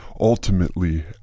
Ultimately